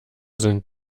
sind